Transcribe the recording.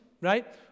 right